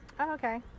okay